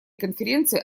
конференции